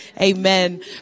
Amen